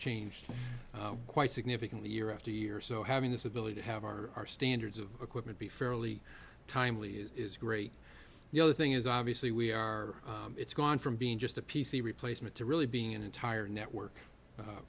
changed quite significantly year after year so having this ability to have our standards of equipment be fairly timely is great you know thing is obviously we are it's gone from being just a p c replacement to really being an entire network